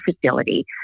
facility